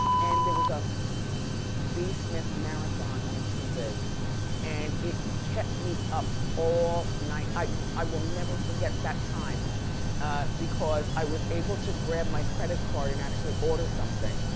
and there was a b. smith marathon on tv and it kept me up all night. i i will never forget that time because i was able to grab my credit card and actually order something,